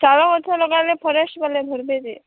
ଶାଳ ଗଛ ଲଗାଲେ ଫରେଷ୍ଟ୍ ବାଲେ ଧର୍ବେ ଯେ